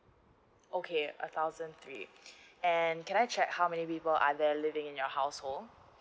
okay a thousand three and can I check how many people are there living in your household